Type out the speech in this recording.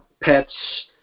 pets